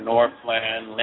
Northland